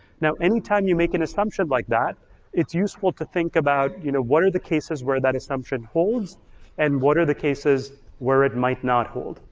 now anytime you make an assumption like that it's useful to think about you know what are the cases where that assumption holds and what are the cases where it might not hold,